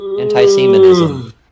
Anti-Semitism